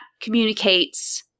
communicates